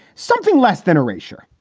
something less than a ratio.